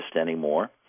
anymore